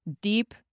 deep